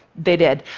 they did.